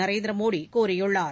நரேந்திரமோடிகூறியுள்ளார்